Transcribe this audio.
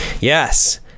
Yes